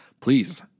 Please